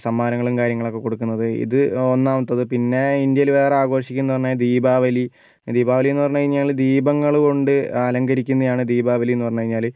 സമ്മാനങ്ങളും കാര്യങ്ങളും ഒക്കെ കൊടുക്കുന്നത് ഇത് ഒന്നാമത്തത് പിന്നെ ഇന്ത്യയിൽ വേറെ ആഘോഷിക്കുന്നത് പറഞ്ഞാൽ ദീപാവലി ദീപാവലി എന്നു പറഞ്ഞു കഴിഞ്ഞാൽ ദീപങ്ങൾ കൊണ്ട് അലങ്കരിക്കുന്നതാണ് ദീപാവലി എന്ന് പറഞ്ഞു കഴിഞ്ഞാൽ